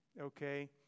okay